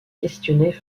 questionner